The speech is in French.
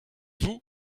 vous